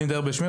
אני מדבר בשמי.